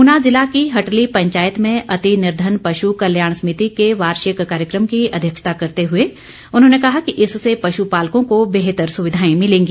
ऊना जिला की हटली पंचायत में अति निर्धन पशु कल्याण समिति के वार्षिक कार्यक्रम की अध्यक्षता करते हुए उन्होंने कहा कि इससे पशु पालकों को बेहतर सुविधाए मिलेंगी